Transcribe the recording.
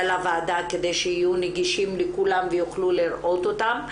הוועדה כדי שיהיו נגישים לכולם ויוכלו לראות אותם.